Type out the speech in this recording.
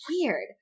weird